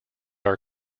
are